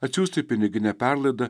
atsiųsti pinigine perlaida